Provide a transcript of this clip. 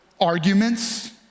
arguments